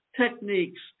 techniques